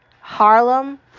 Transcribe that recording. Harlem